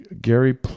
Gary